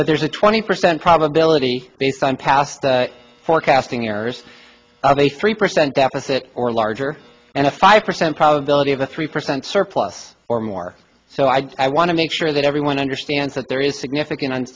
but there's a twenty percent probability based on past forecasting errors a three percent deficit or larger and a five percent probability of a three percent surplus or more so i i want to make sure that everyone understands that there is significant